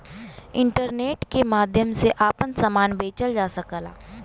internet के माध्यम से आपन सामान बेचल जा सकला